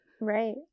Right